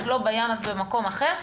אז לא בים אז במקום אחר,